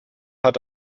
hat